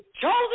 chosen